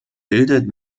bildet